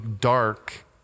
dark